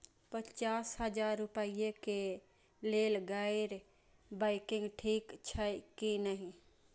पचास हजार रुपए के लेल गैर बैंकिंग ठिक छै कि नहिं?